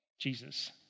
Jesus